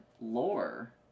lore